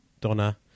Donna